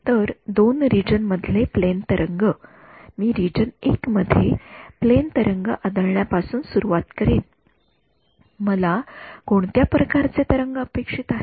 तर दोन रिजन मधले प्लेन तरंग मी रिजन १ मधील प्लेन तरंग आदळण्या पासून सुरूवात करेन मला कोणत्या प्रकारचे तरंग अपेक्षित आहेत